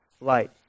light